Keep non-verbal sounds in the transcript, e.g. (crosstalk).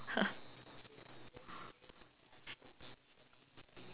(laughs)